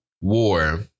War